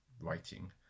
writing